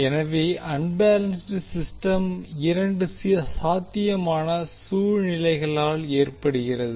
எனவே unbalanced system இரண்டு சாத்தியமான சூழ்நிலைகளால் ஏற்படுகிறது